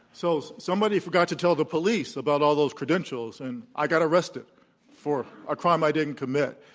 so somebody forgot to tell the police about all those credentials. and i got arrested for a crime i didn't commit.